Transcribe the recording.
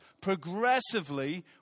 Progressively